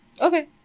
Okay